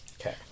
Okay